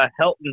Helton